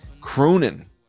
crooning